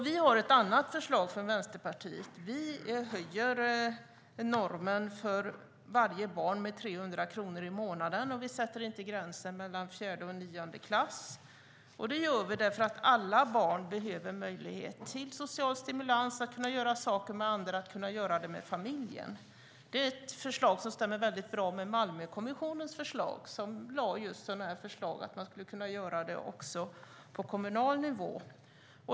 Vi har ett annat förslag från Vänsterpartiet: Vi höjer normen för varje barn med 300 kronor i månaden, och vi sätter inte gränsen mellan fjärde och nionde klass. Det gör vi därför att alla barn behöver möjlighet till social stimulans, att göra saker med andra och att göra saker med familjen. Det är ett förslag som stämmer bra med Malmökommissionens förslag, som innebär just att man ska kunna göra sådant här på kommunal nivå.